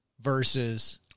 versus